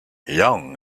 young